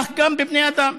כך גם בבני אדם.